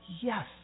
Yes